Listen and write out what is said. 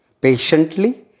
patiently